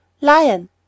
Lion